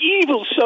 evil